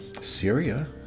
Syria